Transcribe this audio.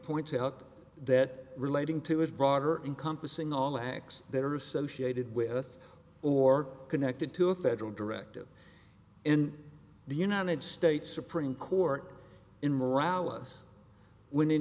points out that relating to is broader encompassing all acts that are associated with or connected to a federal directive in the united states supreme court in morale us w